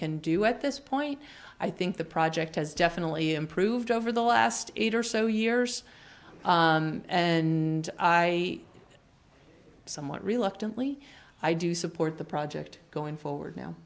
can do at this point i think the project has definitely improved over the last eight or so years and i somewhat reluctantly i do support the project going forward now